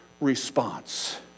response